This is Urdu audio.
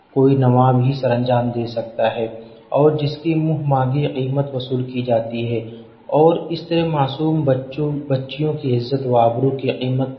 کوئی نواب ہی سر انجام دے سکتا ہے اور جس کی منہ مانگی قیمت وصول کی جاتی ہے اور اس طرح معصوم بچوں بچیوں کی عزت و آبرو کی قیمت